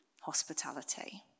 hospitality